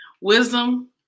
Wisdom